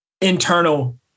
Internal